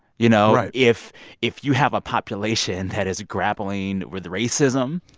you know? right if if you have a population that is grappling with racism,